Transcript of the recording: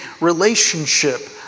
relationship